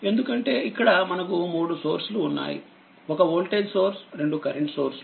ఎందుకంటే ఇక్కడ మనకు మూడు సోర్స్లు ఉన్నాయి ఒక వోల్టేజ్ సోర్స్ రెండు కరెంటు సోర్స్లు